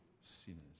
sinners